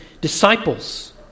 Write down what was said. disciples